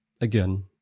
Again